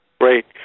Great